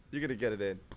you're gonna get it in